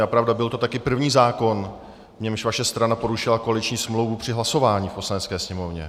A pravda, byl to taky první zákon, v němž vaše strana porušila koaliční smlouvu při hlasování v Poslanecké sněmovně.